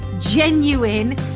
genuine